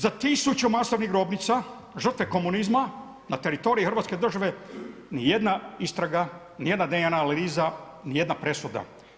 Za tisuću masovnih grobnica žrtve komunizma na teritoriju Hrvatske države nijedna istraga, nijedna DNA analiza, nijedna presuda.